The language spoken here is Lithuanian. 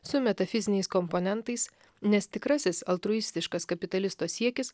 su metafiziniais komponentais nes tikrasis altruistiškas kapitalisto siekis